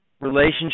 relationship